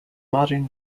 modern